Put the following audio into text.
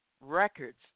records